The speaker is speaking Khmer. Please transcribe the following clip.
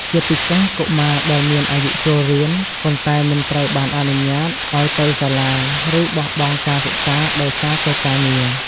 ជាពិសេសកុមារដែលមានអាយុចូលរៀន ប៉ុន្តែមិនត្រូវបានអនុញ្ញាតឲ្យទៅសាលា ឬបោះបង់ការសិក្សាដោយសារតែការងារ។